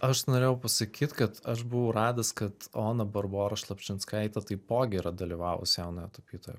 aš norėjau pasakyt kad aš buvau radęs kad ona barbora šlapšinskaitė taipogi yra dalyvavusi jaunojo tapytojo